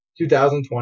2020